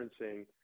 referencing